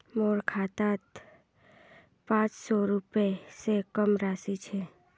मोर खातात त पांच सौ रुपए स कम राशि छ